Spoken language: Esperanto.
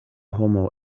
homo